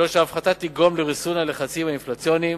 3. ההפחתה תגרום לריסון הלחצים האינפלציוניים.